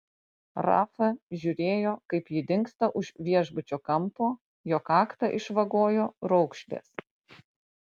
rafa žiūrėjo kaip ji dingsta už viešbučio kampo jo kaktą išvagojo raukšlės